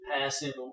passive